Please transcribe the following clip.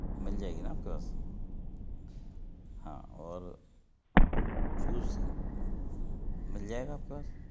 मिल जाएगी ना आपके पास हाँ और जूस मिल जाएगा आपके पास